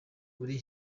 uri